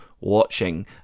watching